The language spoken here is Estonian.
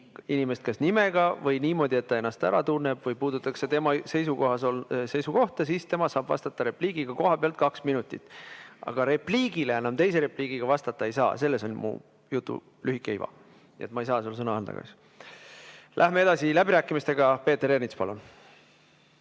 inimest kas nimega või niimoodi, et ta ennast ära tunneb, või puudutatakse tema seisukohta, siis tema saab vastata repliigiga kohapealt kaks minutit. Aga repliigile enam teise repliigiga vastata ei saa, selles on mu jutu lühike iva. Nii et ma ei saa sulle sõna anda kahjuks. Läheme edasi läbirääkimistega. Peeter Ernits, palun!